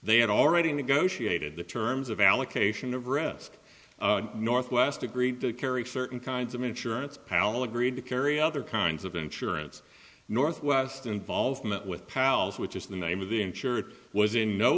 they had already negotiated the terms of allocation of rescue northwest agreed to carry certain kinds of insurance paul agreed to carry other kinds of insurance northwest involvement with pals which is the name of the insurer it was in no